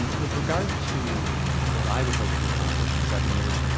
with regard to what i would hope to accomplish in seven years,